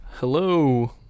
Hello